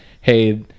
hey